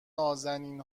نــازنین